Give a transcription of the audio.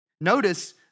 Notice